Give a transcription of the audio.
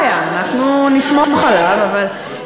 לא, אין בעיה, אנחנו נסמוך עליו, אבל,